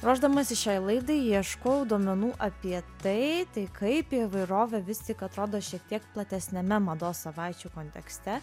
ruošdamasi šiai laidai ieškojau duomenų apie tai tai kaip įvairovė vis tik atrodo šiek tiek platesniame mados savaičių kontekste